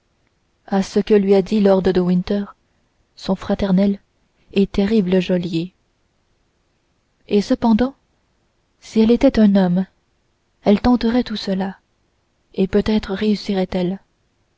à ce que lui a dit lord de winter son fraternel et terrible geôlier et cependant si elle était un homme elle tenterait tout cela et peut-être réussirait elle